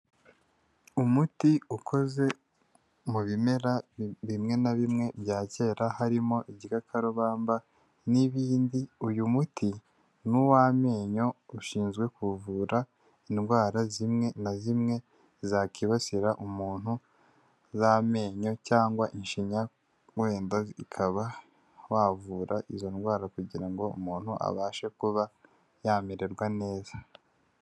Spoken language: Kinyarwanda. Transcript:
Umuti ukoze mu bimera bimwe na bimwe bya kera, harimo igikakarubamba n'ibindi, uyu muti ni uw'amenyo, ushinzwe kuvura indwara zimwe na zimwe zakwibasira umuntu z'amenyo cyangwa inshinya, wenda ukaba wavura izo ndwara kugira ngo umuntu abashe kuba yamererwa neza.